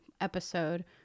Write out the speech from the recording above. episode